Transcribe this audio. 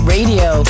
Radio